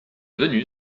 venu